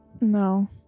No